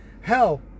Hell